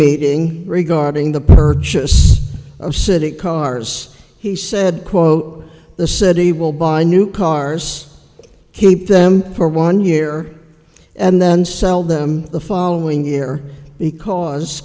meeting regarding the purchase of city cars he said quote the city will buy new cars keep them for one year and then sell them the following year because